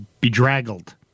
bedraggled